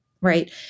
Right